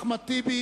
אחמד טיבי,